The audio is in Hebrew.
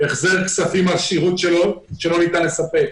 החזר כספים על שירות שלא ניתן לספק,